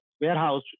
warehouse